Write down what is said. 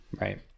Right